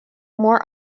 more